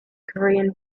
korean